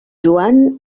joan